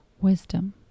wisdom